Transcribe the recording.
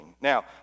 Now